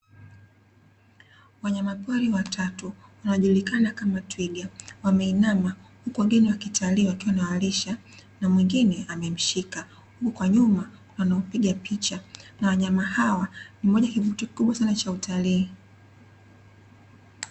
Wanyamapori watatu wanaojulikana kama twiga wameinama huku wageni wa kitalii wakiwa wanawalisha na mwengine amemshika huku kwa nyuma wanaopiga picha, na wanyama hawa ni moja ya kivutio kikubwa cha utalii.